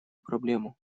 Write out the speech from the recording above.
проблему